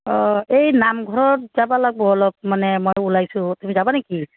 অঁ এই নামঘৰত যাব লাগিব অলপ মানে মই ওলাইছোঁ তুমি যাবা নেকি